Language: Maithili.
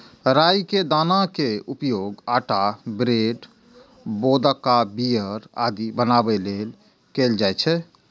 राइ के दाना के उपयोग आटा, ब्रेड, वोदका, बीयर आदि बनाबै लेल कैल जाइ छै